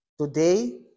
today